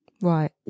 Right